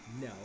No